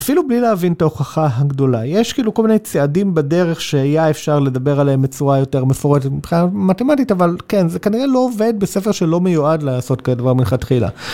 אפילו בלי להבין את ההוכחה הגדולה. יש כאילו כל מיני צעדים בדרך שהיה אפשר לדבר עליהם בצורה יותר מפורטת מבחינה מתמטית, אבל כן, זה כנראה לא עובד בספר שלא מיועד לעשות כזה דבר מלכתחילה.